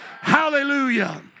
Hallelujah